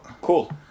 cool